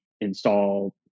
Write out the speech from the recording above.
install